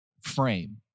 frame